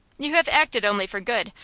you have acted only for good.